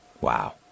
Wow